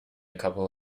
couple